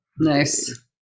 Nice